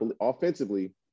Offensively